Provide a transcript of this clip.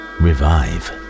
revive